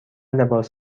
لباس